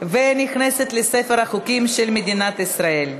ונכנסת לספר החוקים של מדינת ישראל.